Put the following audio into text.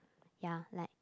ya like